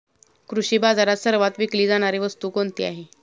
कृषी बाजारात सर्वात विकली जाणारी वस्तू कोणती आहे?